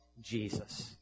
Jesus